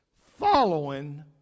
Following